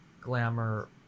glamour